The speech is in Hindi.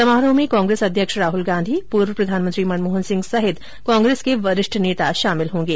समारोह में कांग्रेस अध्यक्ष राहल गांधी पूर्व प्रधानमंत्री मनमोहन सिंह समेत कांग्रेस के वरिष्ठ नेता शामिल होगें